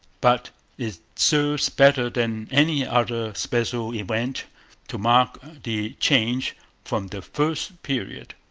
but it serves better than any other special event to mark the change from the first period,